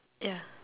ya